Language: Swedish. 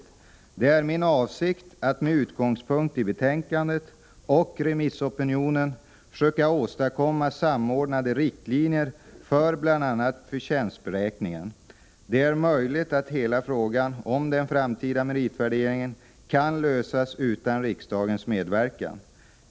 försökande till stat Det är min avsikt att med utgångspunkt i betänkandet och remissopiniolig tjänst nen försöka åstadkomma samordnade riktlinjer för bl.a. förtjänstberäkningen. Det är möjligt att hela frågan om den framtida meritvärderingen kan lösas utan riksdagens medverkan.